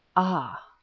ah!